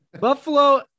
buffalo